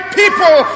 people